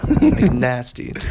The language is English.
nasty